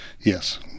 Yes